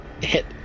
hit